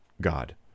god